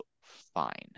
fine